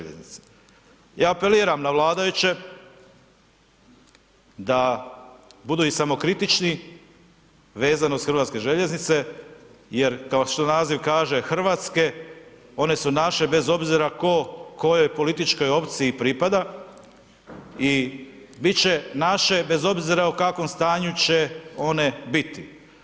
Ja apeliram na vladajuće, da budu i samokritični vezano uz HŽ, jer kao što naziv kaže hrvatske, one su naše, bez obzira tko, kojoj političkoj opciji pripada i bit će naše bez obzira u kakvom stanju će one biti.